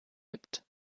gibt